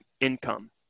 income